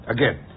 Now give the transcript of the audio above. Again